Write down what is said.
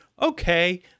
Okay